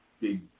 Big